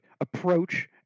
approach